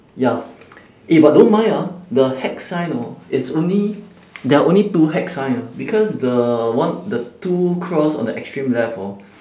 ya eh but don't mind ah the hex sign hor it's only there are only two hex sign ah because the one the two cross on the extreme left hor